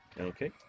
Okay